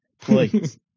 Please